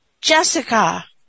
Jessica